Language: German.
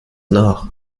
nach